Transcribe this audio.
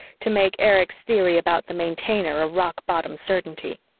to make erich's theory about the maintainer a rock-bottom certainty.